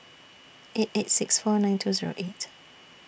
eight eight six four nine two Zero eight